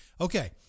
Okay